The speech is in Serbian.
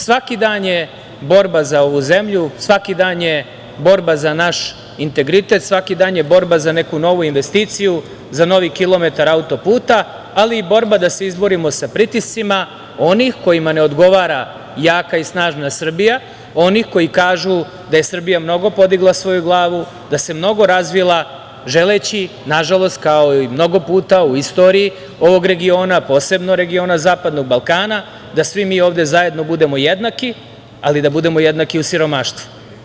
Svaki dan je borba za ovu zemlju, svaki dan je borba za naš integritet, svaki dan je borba za neku novu investiciju, za novi kilometar auto-puta, ali i borba da se izborimo sa pritiscima onih kojima ne odgovara jaka i snažna Srbija, onih koji kažu da je Srbija mnogo podigla svoju glavu, da se mnogo razvila želeći, nažalost, kao i mnogo puta u istoriji ovog regiona, posebno regiona zapadnog Balkana, da svi mi ovde zajedno budemo jednaki, ali da budemo jednaki u siromaštvu.